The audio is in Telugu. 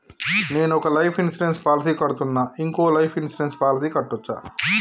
నేను ఒక లైఫ్ ఇన్సూరెన్స్ పాలసీ కడ్తున్నా, ఇంకో లైఫ్ ఇన్సూరెన్స్ పాలసీ కట్టొచ్చా?